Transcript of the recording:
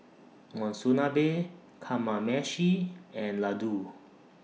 Monsunabe Kamameshi and Ladoo